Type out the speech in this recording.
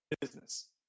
business